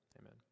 Amen